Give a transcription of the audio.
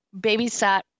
babysat